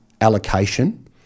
allocation